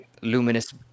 luminous